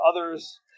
others